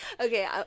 Okay